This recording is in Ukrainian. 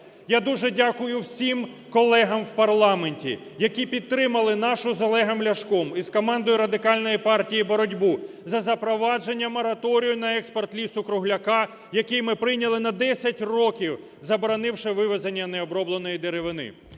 Я дуже дякую всім колегам в парламенті, які підтримали нашу з Олегом Ляшком із командою Радикальної партії боротьбу за запровадження мораторію на експорт лісу-кругляка, який ми прийняли на 10 років, заборонивши вивезення необробленої деревини.